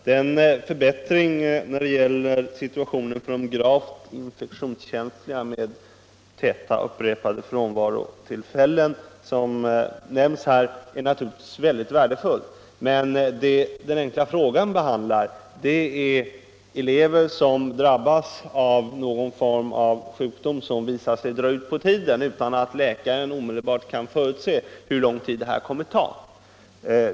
Den förbättring av situationen för gravt infektionskänsliga elever med upprepad kortare frånvaro, som nämns i svaret, är naturligtvis mycket värdefull, men vad frågan avser är elever som drabbas av någon form av sjukdom som visar sig dra ut på tiden utan att läkaren omedelbart kan förutse hur lång tid tillfrisknandet kommer att ta.